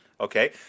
Okay